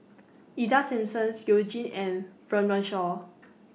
Ida Simmons YOU Jin and Run Run Shaw